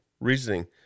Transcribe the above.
reasoning